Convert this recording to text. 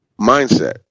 Mindset